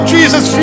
Jesus